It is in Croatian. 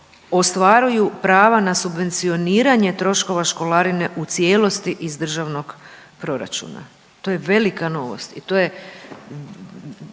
ostvaruju prava na subvencioniranje troškova školarine u cijelosti iz državnog proračuna. To je velika novost i to je